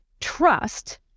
trust